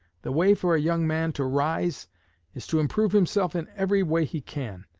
the way for a young man to rise is to improve himself in every way he can,